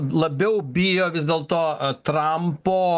labiau bijo vis dėl to trampo